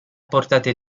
portate